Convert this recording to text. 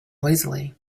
noisily